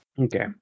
Okay